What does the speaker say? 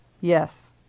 Yes